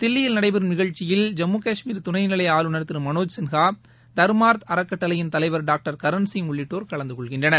தில்லியில் நடைபெறும் நிகழ்ச்சியில் ஜம்மு கஷ்மீர் துணைநிலைஆளுநர் திருமளோஜ் சின்ஹா தர்மார்த் அறக்கட்டளையின் தலைவர் டாக்டர் கரண் சிங் உள்ளிட்டோர் கலந்துகொள்கின்றனர்